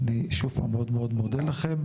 אני שוב פעם מאוד מאוד מודה לכם,